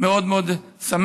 זה מאוד מאוד משמח,